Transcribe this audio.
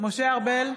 משה ארבל,